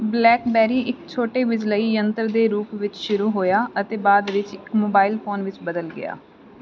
blackberry ਇੱਕ ਛੋਟੇ ਬਿਜਲਈ ਯੰਤਰ ਦੇ ਰੂਪ ਵਿੱਚ ਸ਼ੁਰੂ ਹੋਇਆ ਅਤੇ ਬਾਅਦ ਵਿੱਚ ਇੱਕ ਮੋਬਾਈਲ ਫੋਨ ਵਿੱਚ ਬਦਲ ਗਿਆ